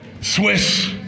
Swiss